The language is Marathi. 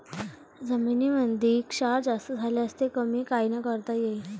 जमीनीमंदी क्षार जास्त झाल्यास ते कमी कायनं करता येईन?